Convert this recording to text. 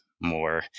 more